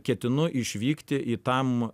ketinu išvykti į tam